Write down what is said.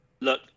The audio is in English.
look